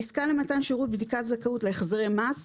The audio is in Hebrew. עסקה למתן שירות בדיקת זכאות להחזרי מס,